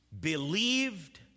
believed